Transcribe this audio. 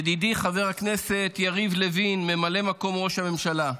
ידידי חבר הכנסת יריב לוין, ממלא מקום ראש הממשלה,